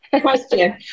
question